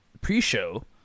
pre-show